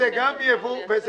וזה גם ייבוא.